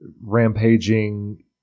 rampaging